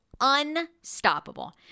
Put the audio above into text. Unstoppable